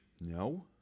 No